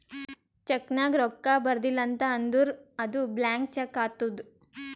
check ನಾಗ್ ರೊಕ್ಕಾ ಬರ್ದಿಲ ಅಂತ್ ಅಂದುರ್ ಅದು ಬ್ಲ್ಯಾಂಕ್ ಚೆಕ್ ಆತ್ತುದ್